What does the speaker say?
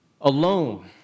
alone